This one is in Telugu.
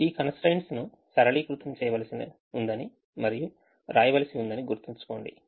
ఈ constraints ను సరళీకృతం చేయవలసి ఉందని మరియు వ్రాయవలసి ఉందని గుర్తుంచుకోండి